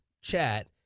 chat